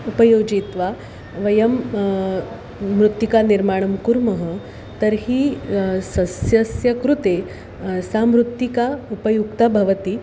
उपयोजयित्वा वयं मृत्तिकानिर्माणं कुर्मः तर्हि सस्यस्य कृते सा मृत्तिका उपयुक्ता भवति